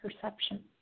perception